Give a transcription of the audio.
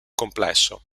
complesso